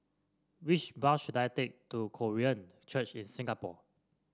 which bus should I take to Korean Church in Singapore